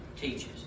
teaches